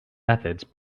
methods